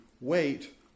wait